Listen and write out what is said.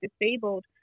disabled